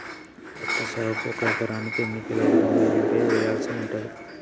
పత్తి సాగుకు ఒక ఎకరానికి ఎన్ని కిలోగ్రాముల యూరియా వెయ్యాల్సి ఉంటది?